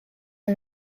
are